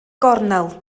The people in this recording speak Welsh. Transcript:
gornel